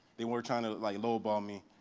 they were tryna like low-ball me.